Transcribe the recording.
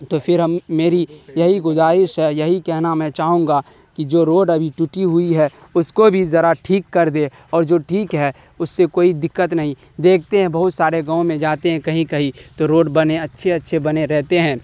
تو پھر ہم میری یہی گزارش ہے یہی کہنا میں چاہوں گا کہ جو روڈ ابھی ٹوٹی ہوئی ہے اس کو بھی ذرا ٹھیک کر دے اور جو ٹھیک ہے اس سے کوئی دقت نہیں دیکھتے ہیں بہت سارے گاؤں میں جاتے ہیں کہیں کہیں تو روڈ بنے اچھے اچھے بنے رہتے ہیں